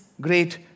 great